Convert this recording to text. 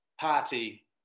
party